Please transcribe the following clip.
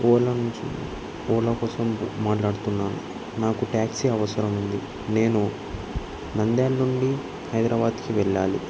ఓలా నుంచి ఓలా కోసం బుక్ మాట్లాడుతున్నాను నాకు ట్యాక్సీ అవసరం ఉంది నేను నంద్యాల నుండి హైదరాబాద్కి వెళ్ళాలి